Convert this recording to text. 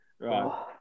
Right